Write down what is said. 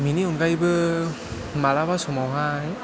बेनि अनगायैबो मालाबा समावहाय